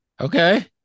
Okay